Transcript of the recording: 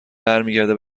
برمیگرده